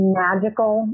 magical